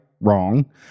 wrong